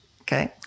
okay